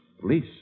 Police